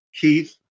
Keith